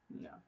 No